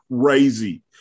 crazy